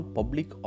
Public